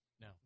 No